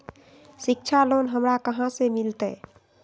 शिक्षा लोन हमरा कहाँ से मिलतै?